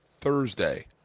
Thursday